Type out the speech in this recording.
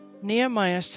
Nehemiah